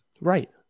Right